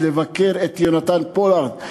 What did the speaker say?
לבקר את יונתן פולארד,